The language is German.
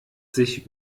sich